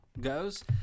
goes